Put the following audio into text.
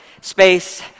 space